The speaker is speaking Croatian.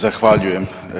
Zahvaljujem.